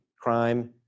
crime